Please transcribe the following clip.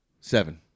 Seven